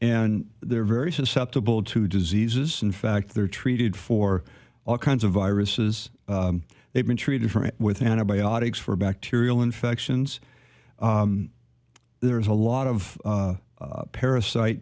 and they're very susceptible to diseases in fact they're treated for all kinds of viruses they've been treated with antibiotics for bacterial infections there's a lot of parasite